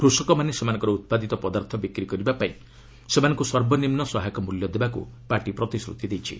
କୃଷକମାନେ ସେମାନଙ୍କ ଉତ୍ପାଦିତ ପଦାର୍ଥ ବିକ୍ରି କରିବା ପାଇଁ ସେମାନଙ୍କୁ ସର୍ବନିମ୍ନ ସହାୟକ ମୂଲ୍ୟ ଦେବାକୁ ପାର୍ଟି ପ୍ରତିଶ୍ରତି ଦେଇଛି